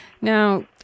Now